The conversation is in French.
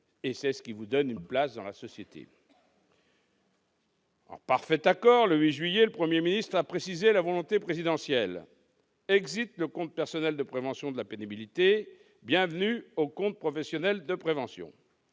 c'est ce qui vous donne une place dans la société ». Le 8 juillet, en parfait accord avec cette déclaration, le Premier ministre a précisé la volonté présidentielle : le compte personnel de prévention de la pénibilité, bienvenue au compte professionnel de prévention.